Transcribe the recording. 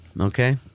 Okay